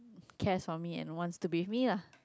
cares for me and wants to be with me lah